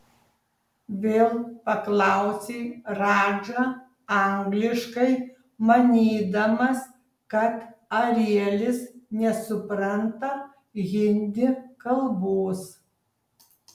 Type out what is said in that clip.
vėl paklausė radža angliškai manydamas kad arielis nesupranta hindi kalbos